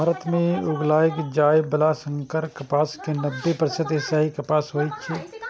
भारत मे उगाएल जाइ बला संकर कपास के नब्बे प्रतिशत एशियाई कपास होइ छै